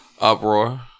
Uproar